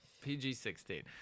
PG-16